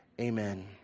amen